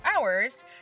hours